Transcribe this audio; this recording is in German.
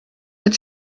mit